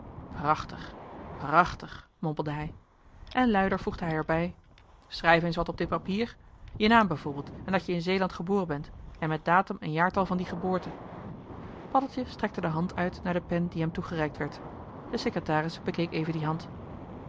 prachtig prachtig mompelde hij en luider voegde hij er bij schrijf eens wat op dit papier je naam bijvoorbeeld en dat je in zeeland geboren bent met datum en jaartal van die geboorte paddeltje strekte de hand uit naar de pen die hem toegereikt werd de secretaris bekeek even die hand